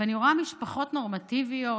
ואני רואה משפחות נורמטיביות,